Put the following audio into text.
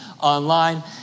Online